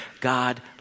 God